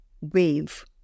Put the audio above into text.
Wave